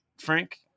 Frank